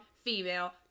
female